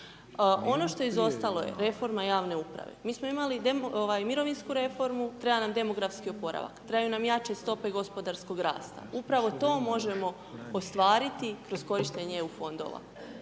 Ono što je izostalo je reforma javne uprave. Mi smo imali mirovinsku reformu, treba nam demografski oporavak, trebaju nam jače stope gospodarskog rasta, upravo to možemo ostvariti kroz korištenje EU fondova.